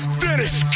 finish